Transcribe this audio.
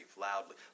loudly